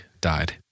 died